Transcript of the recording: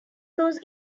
those